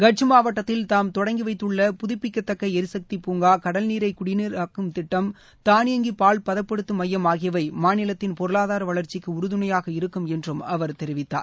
கட்ச் மாவட்டத்தில் தாம் தொடங்கி வைத்துள்ள புதுப்பிக்கத்தக்க எரிசக்தி பூங்கா கடல்நீரை குடிநீராக்கும் திட்டம் தானியங்கி பால் பதப்படுத்தும் மையம் ஆகியவை மாநிலத்தின் பொருளாதார வளர்ச்சிக்கு உறுதுணையாக இருக்கும் என்று அவர் தெரிவித்தார்